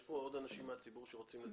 יש כאן עוד אנשים מהציבור שרוצים לדבר?